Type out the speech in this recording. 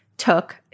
took